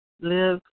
Live